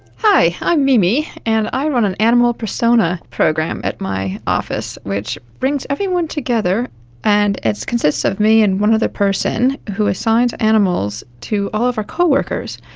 hi, i'm mimi and i run an animal persona program at my office which brings everyone together and it consists of me and one other person who assigns animals to all of our co-workers,